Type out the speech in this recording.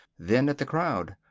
then at the crowd.